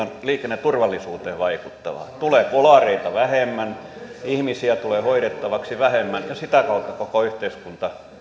liikenneturvallisuuteen vaikuttava tulee kolareita vähemmän ihmisiä tulee hoidettavaksi vähemmän ja sitä kautta koko yhteiskunta